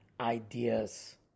ideas